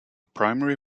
primary